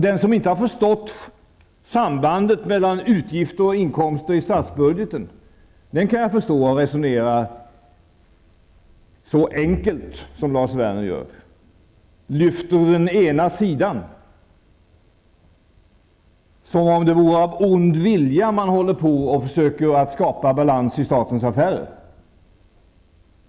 Den som inte har förstått sambandet mellan utgifter och inkomster i statsbudgeten kan jag förstå resonerar så enkelt som Lars Werner gör, lyfter fram den ena sidan, som om det vore av ond vilja man försöker skapa balans i statens affärer.